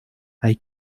hay